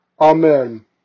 Amen